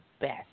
best